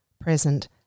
present